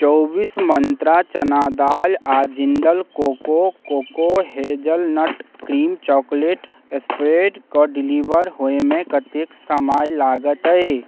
चौबीस मन्त्रा चना दालि Jindal cocoa cocoa hazelnut cream chocolate spread कऽ डिलीवर होयमे कतेक समय लागतै